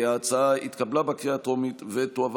ההצעה התקבלה בקריאה הטרומית ותועבר